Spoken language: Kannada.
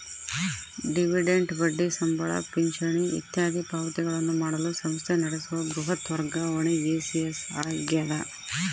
ಡಿವಿಡೆಂಟ್ ಬಡ್ಡಿ ಸಂಬಳ ಪಿಂಚಣಿ ಇತ್ಯಾದಿ ಪಾವತಿಗಳನ್ನು ಮಾಡಲು ಸಂಸ್ಥೆ ನಡೆಸುವ ಬೃಹತ್ ವರ್ಗಾವಣೆ ಇ.ಸಿ.ಎಸ್ ಆಗ್ಯದ